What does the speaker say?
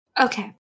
Okay